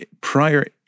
prior